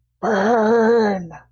burn